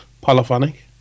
Polyphonic